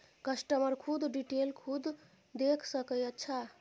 customer खुद detail खुद देख सके अच्छा